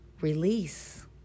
release